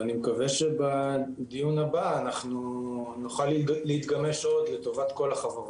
ואני מקווה שבדיון הבא נוכל להתגמש עוד לטובת כל החברות.